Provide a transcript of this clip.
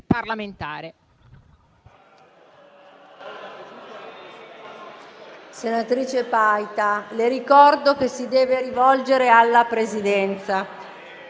parlamentare.